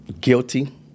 guilty